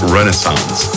Renaissance